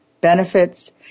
benefits